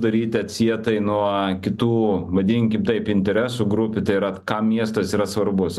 daryt atsietai nuo kitų vadinkim taip interesų grupių tai yra kam miestas yra svarbus